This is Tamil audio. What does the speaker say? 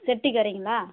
செட்டிக்கரைங்களா